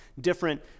different